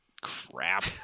Crap